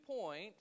point